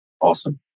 Awesome